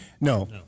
No